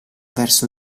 verso